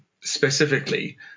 specifically